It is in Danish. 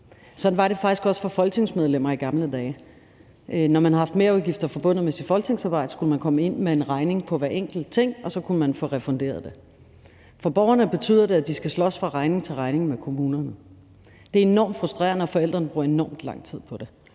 Sådan var det faktisk også for folketingsmedlemmer i gamle dage. Når man havde haft merudgifter forbundet med sit folketingsarbejde, skulle man komme ind med en regning på hver enkelt ting, og så kunne man få refunderet det. For borgerne betyder det, at de skal slås fra regning til regning med kommunerne. Det er enormt frustrerende, og forældrene bruger enormt lang tid på det.